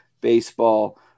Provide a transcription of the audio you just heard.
baseball